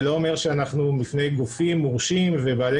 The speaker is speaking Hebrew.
זה לא אומר שאנחנו בפני גופים מורשים ובעלי